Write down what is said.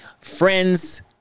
friends